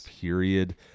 period